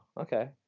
okay